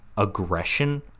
Aggression